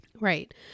Right